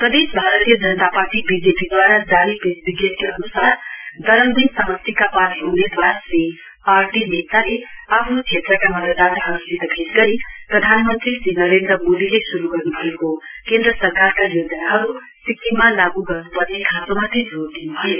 प्रदेश भारतीय जनता पार्टी बीजेपीद्वारा जारी प्रेस विज्ञप्तिअन्सार दरमदिन समष्टिका पार्टी उम्मेद्वार श्री आरटी लेप्चाले आफ्नो क्षेत्रका मतदाताहरूसित भेट गरी प्रधानमन्त्री श्री नरेन्द्र मोदीले शुरू गर्नुभएको केन्द्र सरकारका योजनाहरू सिक्किममा लागू गर्नुपर्ने खाँचोमाथि जोड दिनुभयो